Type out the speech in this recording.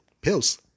Pills